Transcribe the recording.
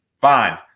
fine